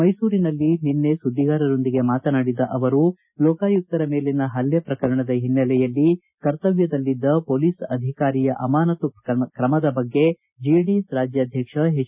ಮೈಸೂರಿನಲ್ಲಿ ನಿನ್ನೆ ಸುದ್ದಿಗಾರರೊಂದಿಗೆ ಮಾತನಾಡಿದ ಅವರು ಲೋಕಾಯುಕ್ತರ ಮೇಲಿನ ಪಲ್ಲೆ ಪ್ರಕರಣದ ಹಿನ್ನೆಲೆಯಲ್ಲಿ ಕರ್ತವ್ಯದಲ್ಲಿದ್ದ ಪೊಲೀಸ್ ಅಧಿಕಾರಿಯ ಅಮಾನತ್ತು ತ್ರಮದ ಬಗ್ಗೆ ಜೆಡಿಎಸ್ ರಾಜ್ಕಾಧ್ವಕ್ಷ ಎಚ್